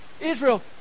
Israel